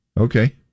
Okay